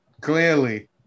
clearly